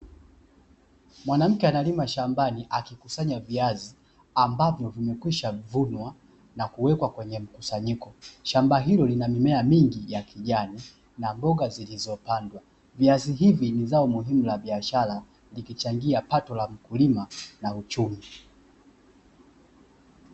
Mwanamke analima shambani akikusanya viazi ambavyo vimekwishavunwa na kuwekwa kwenye mkusanyiko, shamba hilo lina mimea mingi ya kijani na mboga zilizopandwa viazi hivi ni zao muhimu la biashara likichangia pato la mkulima na uchumi.